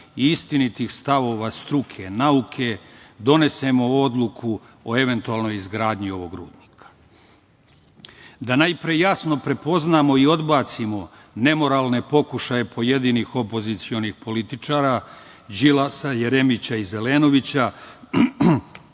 i istinitih stavova struke, nauke, donesemo odluku o eventualnoj izgradnji ovog rudnika. Najpre treba jasno da prepoznamo i odbacimo nemoralne pokušaje pojedinih opozicionih političara, Đilasa, Jeremića i Zelenovića,